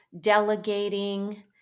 delegating